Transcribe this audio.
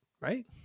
Right